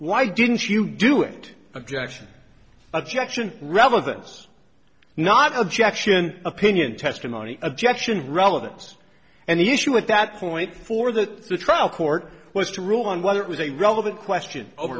why didn't you do it again action objection relevance not objection opinion testimony objection relevance and the issue at that point for that the trial court was to rule on whether it was a relevant question over